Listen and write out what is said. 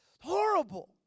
horrible